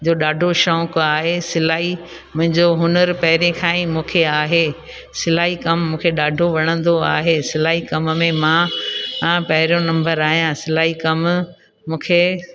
जो ॾाढो शौक़ु आहे सिलाई मुंहिंजो हुनरु पहिरें खां ई मूंखे आहे सिलाई कमु मूंखे ॾाढो वणंदो आहे सिलाई कमु में मां मां पहिरियों नंबर आहियां सिलाई कमु मूंखे